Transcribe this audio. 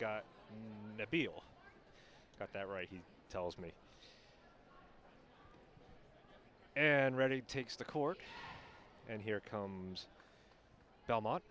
appeal got that right he tells me and ready takes the court and here comes belmont